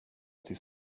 till